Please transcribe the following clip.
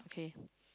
okay